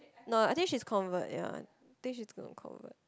no I think she's convert ya I think she's going to convert